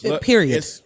period